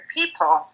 People